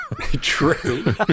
True